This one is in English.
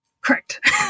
Correct